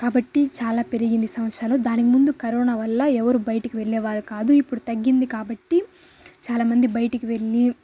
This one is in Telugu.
కాబట్టి చాలా పెరిగింది ఈ సంవత్సరాలు దానికి ముందు కరోనా వల్ల ఎవరు బయటకు వెళ్లేవారు కాదు ఇప్పుడు తగ్గింది కాబట్టి చాలామంది బయటకు వెళ్లి